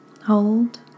hold